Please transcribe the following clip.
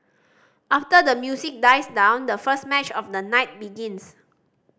after the music dies down the first match of the night begins